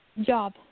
job